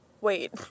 Wait